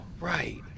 right